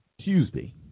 Tuesday